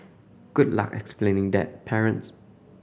good luck explaining that parents